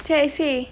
try say